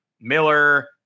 Miller